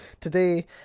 Today